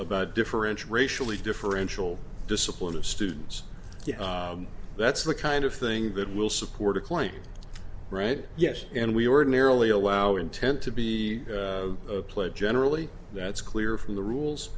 about differential racially differential discipline of students that's the kind of thing that will support a claim right yes and we ordinarily allow intent to be played generally that's clear from the rules